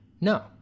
no